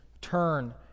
Turn